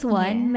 one